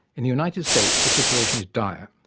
in the united states the situation is dire,